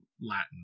Latin